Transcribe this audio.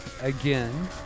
again